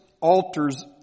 altars